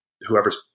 whoever's